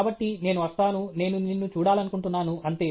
కాబట్టి నేను వస్తాను నేను నిన్ను చూడాలనుకుంటున్నాను అంతే